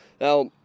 Now